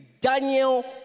Daniel